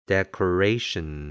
Decoration